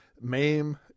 MAME